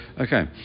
Okay